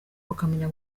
ukamenya